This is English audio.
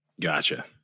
Gotcha